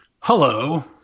Hello